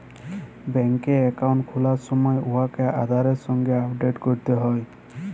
ব্যাংকে একাউল্ট খুলার সময় উয়াকে আধারের সাথে আপডেট ক্যরতে হ্যয়